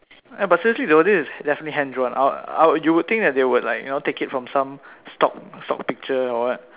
but seriously though this is definitely hand-drawn I I you would think that they would like take it from some stock stock picture or what